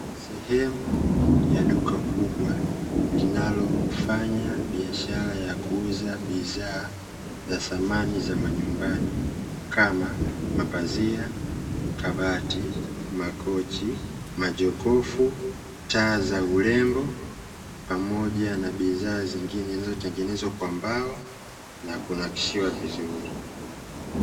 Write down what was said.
Sehemu ya duka kubwa linalofanya biashara ya kuuza bidhaa za samani za majumbani, kama: mapazia, kabati, makochi, majokofu, taa za urembo, pamoja na bidha zingine zilizotengenezwa kwa mbao na kunakshiwa vizuri.